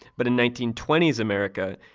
but in nineteen twenty s america,